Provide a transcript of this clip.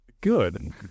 good